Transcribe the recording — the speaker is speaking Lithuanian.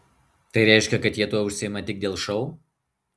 tai reiškia kad jie tuo užsiima tik dėl šou